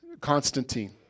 Constantine